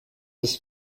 ist